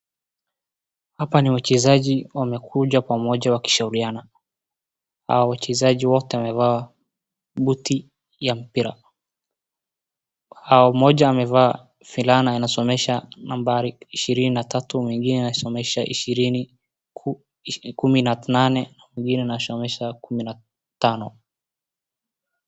Hapa ni wachezaji wamekuja pamoja wakishauriana. Hawa wachezaji wote wamevaa buti ya mpira. Mmoja amevaa fulana inasomesha nambari ishirini na tatu, mwingine inasomesha ishirini, kumi na nane, mwingine inasomesha kumi na tano.